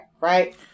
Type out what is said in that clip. right